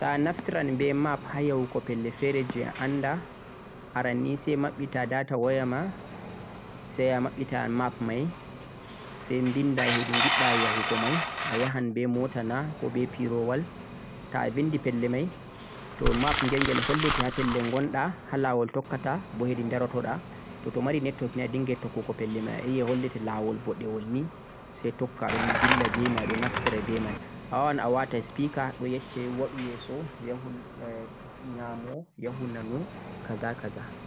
to'a naftiran beh map ha yahugo pellel fere jeh a anda aranni sai mabbita data waya ma sai yaha mabbita map mai sai vinda hedi ghidda yahugo mai ayahan beh mota na ko beh pirowol to'a vindi pellel mai toh map ghel ghel hollete ha pellel gondha ha lawol tokkata boh hedi daroto dha to to mari network ni a dinga yettuugo pellel mai ayi'a hollete lawol bodewol ni sai tokka don dilla beh mai don naftira beh man a wawan a wata speaker do yecche wadu yeso yahu nyamo yahu nano kaza kaza